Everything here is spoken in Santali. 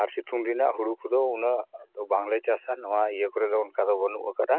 ᱟᱨ ᱥᱤᱛᱩᱝ ᱫᱤᱱᱟᱜ ᱦᱩᱲᱩ ᱠᱚᱫᱚ ᱩᱱᱟᱹᱜ ᱫᱚ ᱵᱟᱝᱞᱮ ᱪᱟᱥᱟ ᱱᱚᱣᱟ ᱤᱭᱟᱹ ᱠᱚᱨᱮ ᱫᱚ ᱚᱱᱠᱟ ᱫᱚ ᱵᱟᱹᱱᱩᱜ ᱠᱟᱜᱼᱟ